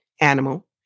animal